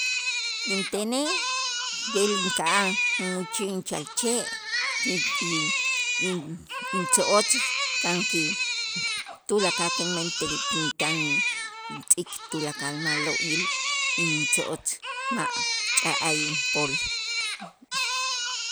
Intenej b'el inka'aj inmächä' inchalche' in- intzo'otz tan ki tulakal tan mentej tin tan tz'ik tulakal ma'lo'il intzo'otz ma' cha'ay pol.